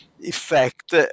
effect